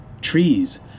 Trees